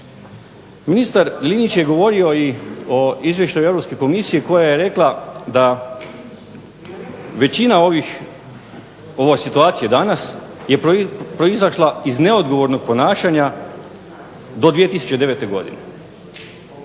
Ministar Linić je govorio i o izvještaju Europske komisije koja je rekla da većina ovih, ove situacije danas je proizašla iz neodgovornog ponašanja do 2009. godine,